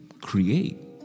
create